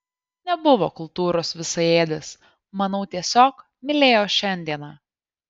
nebuvo kultūros visaėdis manau tiesiog mylėjo šiandieną